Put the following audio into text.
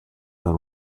that